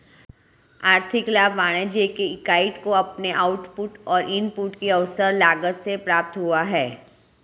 आर्थिक लाभ वाणिज्यिक इकाई को अपने आउटपुट और इनपुट की अवसर लागत से प्राप्त हुआ है